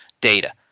data